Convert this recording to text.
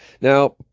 Now